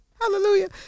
hallelujah